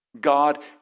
God